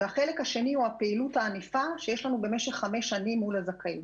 החלק השני הוא הפעילות הענפה שיש לנו במשך 5 שנים מול הזכאים